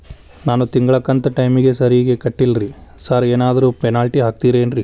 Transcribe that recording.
ನಾನು ತಿಂಗ್ಳ ಕಂತ್ ಟೈಮಿಗ್ ಸರಿಗೆ ಕಟ್ಟಿಲ್ರಿ ಸಾರ್ ಏನಾದ್ರು ಪೆನಾಲ್ಟಿ ಹಾಕ್ತಿರೆನ್ರಿ?